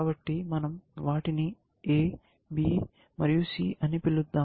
కాబట్టి మనం వాటిని A B మరియు C అని పిలుద్దాం